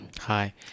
Hi